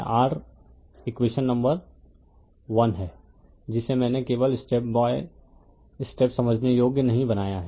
तो यह r equation number I है जिसे मैंने केवल स्टेप बाय स्टेप समझने योग्य नहीं बनाया है